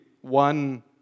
one